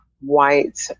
white